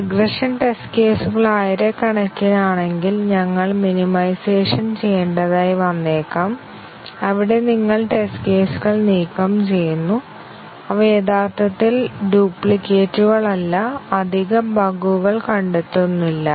regression test കേസുകൾ ആയിരക്കണക്കിന് ആണെങ്കിൽ ഞങ്ങൾ മിനിമൈസേഷൻ ചെയ്യേണ്ടതായി വന്നേക്കാം അവിടെ നിങ്ങൾ ടെസ്റ്റ് കേസുകൾ നീക്കംചെയ്യുന്നു അവ യഥാർത്ഥത്തിൽ ഡൂപ്ലികേറ്റുകൾ അല്ല അധിക ബഗുകൾ കണ്ടെത്തുന്നില്ല